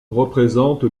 représente